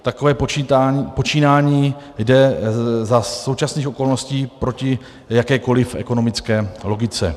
Takové počínání jde za současných okolností proti jakékoliv ekonomické logice.